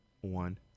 One